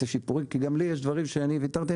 שיפורים כי גם לי יש דברים שאני ויתרתי.